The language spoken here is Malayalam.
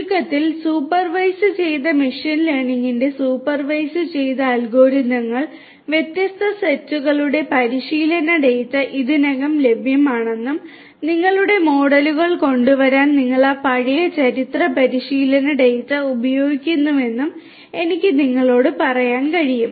ചുരുക്കത്തിൽ സൂപ്പർവൈസ് ചെയ്ത മെഷീൻ ലേണിംഗിന്റെ സൂപ്പർവൈസുചെയ്ത അൽഗോരിതങ്ങൾ വ്യത്യസ്ത സെറ്റുകളുടെ പരിശീലന ഡാറ്റ ഇതിനകം ലഭ്യമാണെന്നും നിങ്ങളുടെ മോഡലുകൾ കൊണ്ടുവരാൻ നിങ്ങൾ ആ പഴയ ചരിത്ര പരിശീലന ഡാറ്റ ഉപയോഗിക്കുന്നുവെന്നും എനിക്ക് നിങ്ങളോട് പറയാൻ കഴിയും